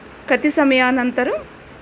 कति समयानन्तरम्